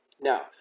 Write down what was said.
now